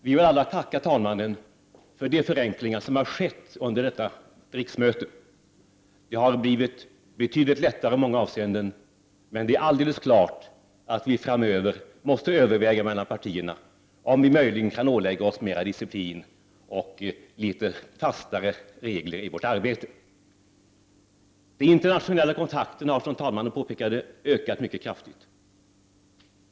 Vi vill alla tacka talmannen för de förenklingar som har skett under detta riksmöte. Arbetet har blivit betydligt lättare i många avseenden, men det är alldeles klart att vi framöver måste överväga mellan partierna om vi möjligen kan ålägga oss mera disciplin och litet fastare regler i vårt arbete. De internationella kontakterna har, som talmannen påpekade, ökat mycket kraftigt.